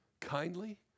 Kindly